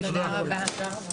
הישיבה הזו נעולה.